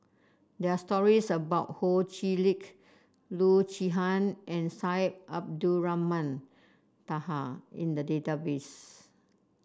there are stories about Ho Chee Lick Loo Zihan and Syed Abdulrahman Taha in the database